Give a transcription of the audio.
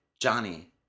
Johnny